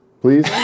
Please